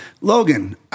Logan